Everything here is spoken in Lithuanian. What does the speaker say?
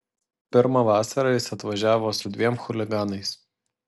pirmą vasarą jis atvažiavo su dviem chuliganais